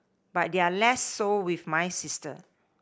but they're less so with my sister